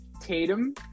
Tatum